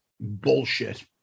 Bullshit